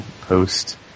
post